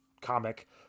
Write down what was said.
comic